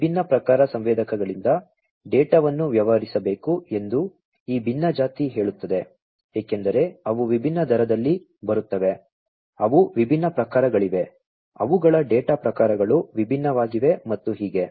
ಈ ವಿಭಿನ್ನ ಪ್ರಕಾರದ ಸಂವೇದಕಗಳಿಂದ ಡೇಟಾವನ್ನು ವ್ಯವಹರಿಸಬೇಕು ಎಂದು ಈ ಭಿನ್ನಜಾತಿ ಹೇಳುತ್ತದೆ ಏಕೆಂದರೆ ಅವು ವಿಭಿನ್ನ ದರಗಳಲ್ಲಿ ಬರುತ್ತವೆ ಅವು ವಿಭಿನ್ನ ಪ್ರಕಾರಗಳಾಗಿವೆ ಅವುಗಳ ಡೇಟಾ ಪ್ರಕಾರಗಳು ವಿಭಿನ್ನವಾಗಿವೆ ಮತ್ತು ಹೀಗೆ